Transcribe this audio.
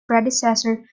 predecessor